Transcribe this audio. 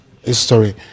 history